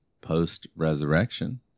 post-resurrection